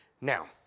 now